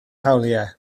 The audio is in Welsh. hawliau